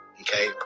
okay